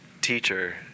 teacher